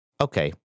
Okay